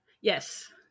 Yes